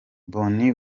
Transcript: bonny